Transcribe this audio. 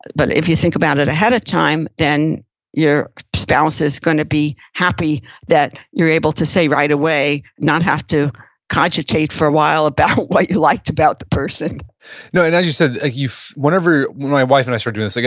but if you think about it ahead of time, then your spouse is gonna be happy that you're able to say right away, not have to cogitate for a while about what you liked about the person no, and as you said, whenever, when my wife and i started doing this, like